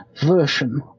version